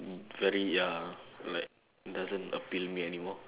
very ya like doesn't appeal me anymore